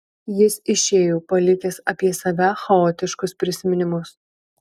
jis išėjo palikęs apie save chaotiškus prisiminimus